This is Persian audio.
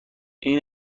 این